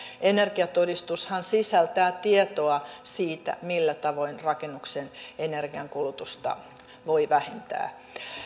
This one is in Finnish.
energiatodistushan sisältää tietoa siitä millä tavoin rakennuksen energiankulutusta voi vähentää